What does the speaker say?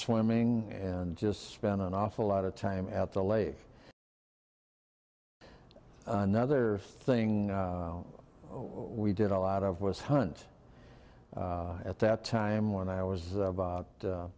swimming and just spent an awful lot of time at the lake another thing we did a lot of was hunt at that time when i was about